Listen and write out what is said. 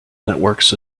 networks